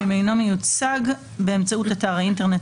ואם אינו מיוצג באמצעות אתר האינטרנט